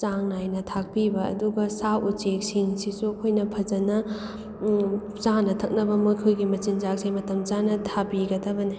ꯆꯥꯡ ꯅꯥꯏꯅ ꯊꯥꯛꯄꯤꯕ ꯑꯗꯨꯒ ꯁꯥ ꯎꯆꯦꯛꯁꯤꯡꯁꯤꯁꯨ ꯑꯩꯈꯣꯏꯅ ꯐꯖꯅ ꯆꯥꯅ ꯊꯛꯅꯕ ꯃꯈꯣꯏꯒꯤ ꯃꯆꯤꯟꯖꯥꯛꯁꯦ ꯃꯇꯝ ꯆꯥꯅ ꯊꯥꯕꯤꯒꯗꯕꯅꯦ